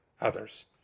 others